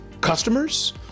customers